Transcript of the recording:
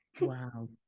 Wow